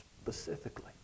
specifically